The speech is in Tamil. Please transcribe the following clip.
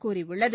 கூறியுள்ளது